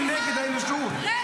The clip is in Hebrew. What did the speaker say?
אתה